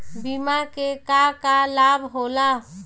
बिमा के का का लाभ होला?